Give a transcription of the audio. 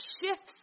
shifts